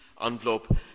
envelope